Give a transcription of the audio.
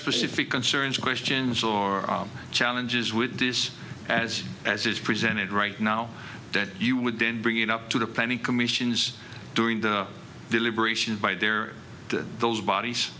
specific concerns or questions or challenges with this as it's presented right now that you would then bring it up to the planning commissions during the deliberations by their those bodies